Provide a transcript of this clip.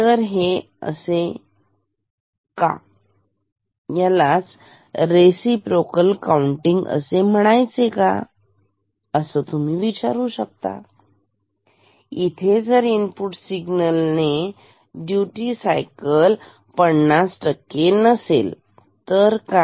तर हे असे का याला रिसिप्रोकल काउंटिंग असे का म्हणायचे असं तुम्ही विचारू शकता इथे जर इनपुट सिग्नल से ड्युटी सायकल 50 नसेल तर काय